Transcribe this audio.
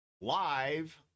live